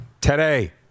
today